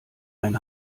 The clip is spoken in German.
ein